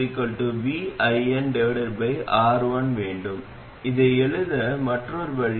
MOS டிரான்சிஸ்டரைப் பயன்படுத்தி இதை உணருவோம்